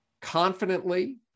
confidently